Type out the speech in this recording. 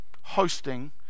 hosting